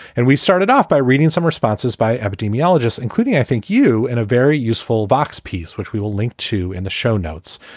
and we started off by reading some responses by epidemiologists, including i think you in a very useful vox piece, which we will link to in the show notes.